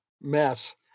mess